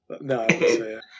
No